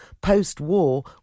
post-war